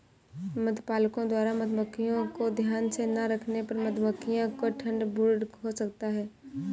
मधुपालकों द्वारा मधुमक्खियों को ध्यान से ना रखने पर मधुमक्खियों को ठंड ब्रूड हो सकता है